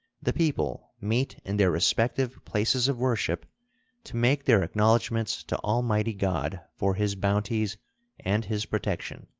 the people meet in their respective places of worship to make their acknowledgments to almighty god for his bounties and his protection,